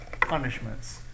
punishments